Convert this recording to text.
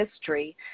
history